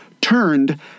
turned